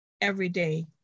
everyday